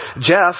Jeff